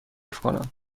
کنم